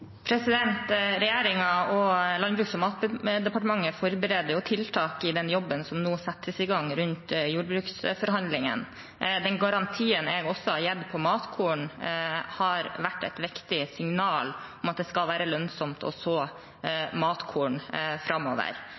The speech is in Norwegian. og Landbruks- og matdepartementet forbereder tiltak i den jobben som nå settes i gang rundt jordbruksforhandlingene. Den garantien som er gitt på matkorn, har vært et signal om at det skal være lønnsomt å så matkorn framover.